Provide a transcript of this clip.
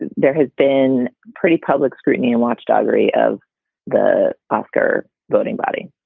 there has been pretty public scrutiny and watchdog three of the oscar voting body.